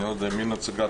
יש פה נציג/ת